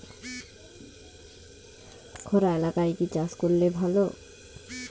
খরা এলাকায় কি চাষ করলে ভালো?